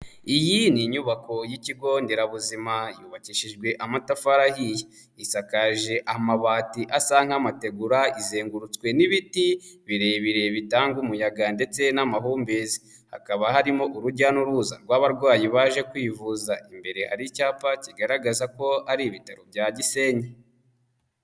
Iyi ni inyubako y'ikigo nderabuzima yubakishijwe amatafari ahiye, isakaje amabati asa nk'amategura, izengurutswe n'ibiti birebire bitanga umuyaga ndetse n'amahumbezi, hakaba harimo urujya n'uruza rw'abarwayi baje kwivuza, imbere hari icyapa kigaragaza ko ari ibitaro bya Gisenyi.